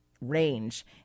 range